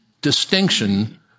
distinction